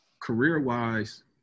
career-wise